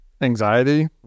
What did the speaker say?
Anxiety